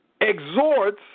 exhorts